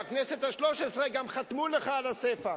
בבחירות לכנסת השלוש-עשרה גם חתמו לך על הספח.